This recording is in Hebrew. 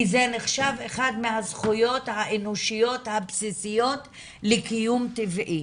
כי זה נחשב אחד מהזכויות האנושיות הבסיסיות לקיום טבעי.